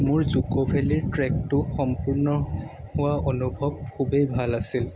মোৰ জ'ক' ভেলিৰ ট্ৰেকটো সম্পূৰ্ণ হোৱা অনুভৱ খুবেই ভাল আছিল